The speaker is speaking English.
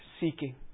seeking